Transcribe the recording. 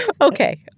Okay